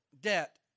debt